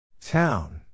Town